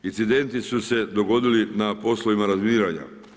Incidenti su se dogodili na poslovima razminiranja.